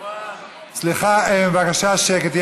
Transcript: סליחה, בבקשה שקט.